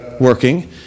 working